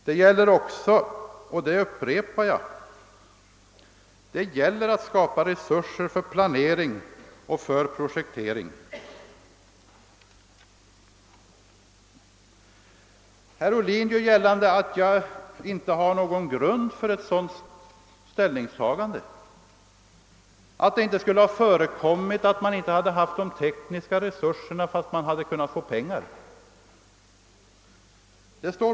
Det gäller också, vilket jag upprepar, att skapa resurser för planering och projektering. Herr Ohlin gör gällande att jag inte har någon grund för ett sådant ställningstagande, nämligen att det inte skulle ha förekommit att man inte haft de tekniska resurserna fastän man hade kunnat få pengar.